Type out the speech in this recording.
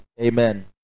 amen